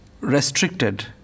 restricted